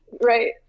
right